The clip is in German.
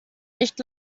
nicht